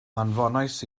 anfonais